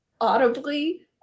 audibly